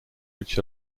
which